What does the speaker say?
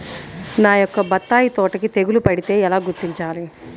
నా యొక్క బత్తాయి తోటకి తెగులు పడితే ఎలా గుర్తించాలి?